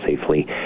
safely